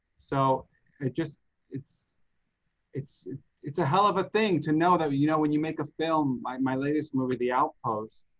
so it just it's it's it's a hell of a thing to know though you know when you make a film my my latest movie the outpost.